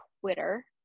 Twitter